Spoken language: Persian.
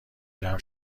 جمع